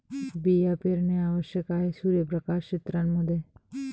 बिया पेरणे आवश्यक आहे सूर्यप्रकाश क्षेत्रां मध्ये